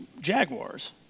jaguars